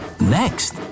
Next